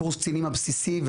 בקורס הקצינים הבסיסי,